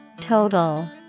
Total